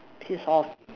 piss off